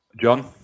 John